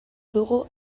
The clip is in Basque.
dugu